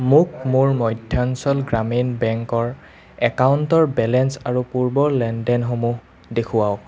মোক মোৰ মধ্যাঞ্চল গ্ৰামীণ বেংকৰ একাউণ্টৰ বেলেঞ্চ আৰু পূৰ্বৰ লেনদেনসমূহ দেখুৱাওঁক